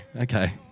Okay